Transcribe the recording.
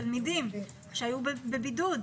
תלמידים שהיו בבידוד.